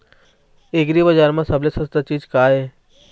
एग्रीबजार म सबले सस्ता चीज का ये?